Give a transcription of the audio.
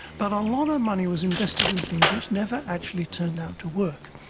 but a lot of money was invested in things which never actually turned out to work.